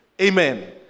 Amen